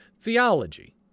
theology